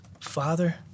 Father